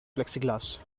plexiglas